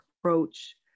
approach